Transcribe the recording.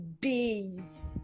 days